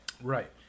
Right